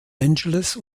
angeles